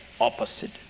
opposite